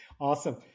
Awesome